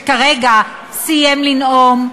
שכרגע סיים לנאום,